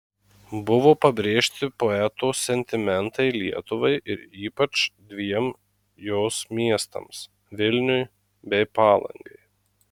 buvo pabrėžti poeto sentimentai lietuvai ir ypač dviem jos miestams vilniui bei palangai